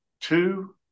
two